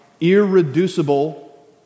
irreducible